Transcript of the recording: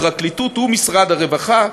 הפרקליטות ומשרד הרווחה,